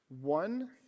One